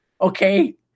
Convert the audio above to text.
Okay